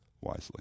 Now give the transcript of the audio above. wisely